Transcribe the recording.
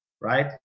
right